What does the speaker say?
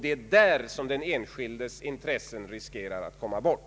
Det är där som den enskildes intresse riskerar att komma bort.